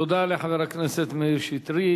תודה לחבר הכנסת מאיר שטרית.